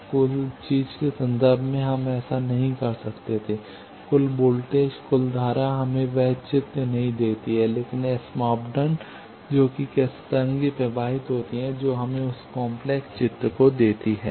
अब कुल चीज़ के संदर्भ में हम ऐसा नहीं कर सकते थे कुल वोल्टेज कुल धारा हमें वह चित्र नहीं देती है लेकिन एस मापदंड जो कि कैसे तरंग प्रवाहित होती है जो हमें उस काम्प्लेक्स चित्र को देती है